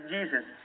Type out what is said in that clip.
Jesus